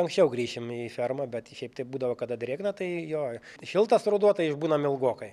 anksčiau grįšim į fermą bet šiaip tai būdavo kada drėgna tai jo šiltas ruduo tai išbūnam ilgokai